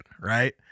right